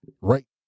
Right